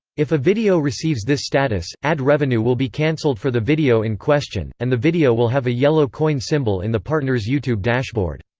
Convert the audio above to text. if a video receives this status, ad revenue will be canceled for the video in question, and the video will have a yellow coin symbol in the partner's youtube dashboard.